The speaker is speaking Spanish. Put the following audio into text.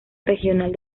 regional